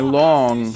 long